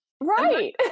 Right